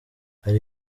hari